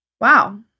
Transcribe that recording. wow